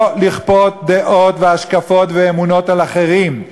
לא לכפות דעות והשקפות ואמונות על אחרים,